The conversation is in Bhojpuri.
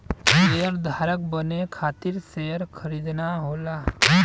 शेयरधारक बने खातिर शेयर खरीदना होला